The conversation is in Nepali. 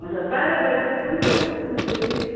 हजुर प्याराग्ल्याइडिङ पनि भनेको सुनेको थिएँ